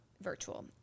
virtual